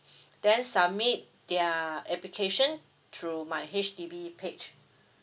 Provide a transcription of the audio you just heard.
then submit their application through my H_D_B page